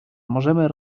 możemy